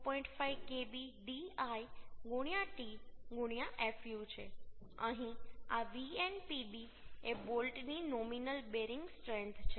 5 kb d i t fu છે અહીં આ Vnpb એ બોલ્ટ ની નોમિનલ બેરિંગ સ્ટ્રેન્થ છે